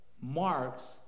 marks